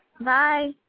Bye